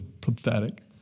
pathetic